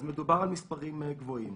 אז מדובר על מספרים גבוהים.